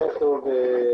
ערב טוב,